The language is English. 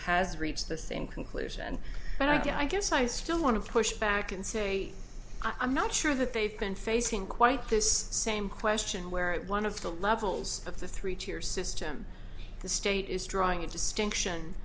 has reached the same conclusion and an idea i guess i still want to push back and say i'm not sure that they've been facing quite this same question where one of the levels of the three tier system the state is drawing a distin